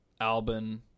Albin